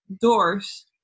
doors